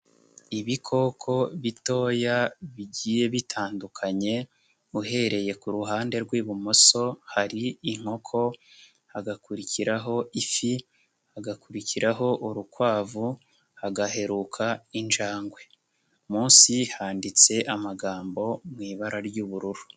Ibikoko bitoya bigiye bitandukanye, uhereye ku ruhande rw'ibumoso hari inkoko, hagakurikiraho ifi, hagakurikiraho urukwavu, hagaheruka injangwe. Munsi handitse amagambo mu ibara ry'ubururu.